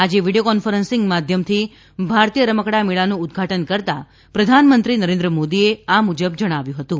આજે video conferencing માધ્યમથી ભારતીય રમકડા મેળાનું ઉદઘાટન કરતા પ્રધાનમંત્રી નરેન્દ્ર મોદીએ આ મુજબ જણાવ્યું હતું